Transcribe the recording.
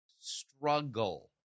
struggle